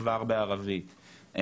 כבר בערבית.